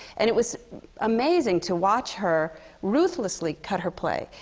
and it was amazing to watch her ruthlessly cut her play.